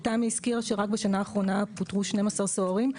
תמי הזכירה שרק בשנה האחרונה פוטרו 12 סוהרים.